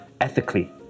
ethically